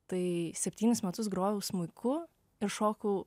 tai septynis metus grojau smuiku ir šokau